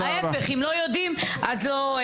-- להפך, אם לא יודעים אז לא...